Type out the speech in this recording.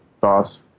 boss